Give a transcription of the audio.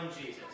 Jesus